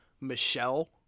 Michelle